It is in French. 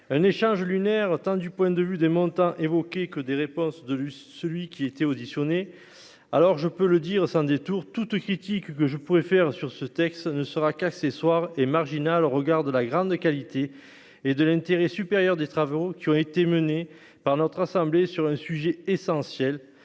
un échange lunaire, tant du point de vue des montants évoqués que des réponses de celui qui était auditionné, alors je peux le dire sans détour toute critique que je pouvais faire sur ce texte ne sera cassé, soir et marginal au regard de la grande qualité et de l'intérêt supérieur des travaux qui ont été menées par notre assemblée sur un sujet essentiel,